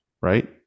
right